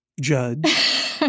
judge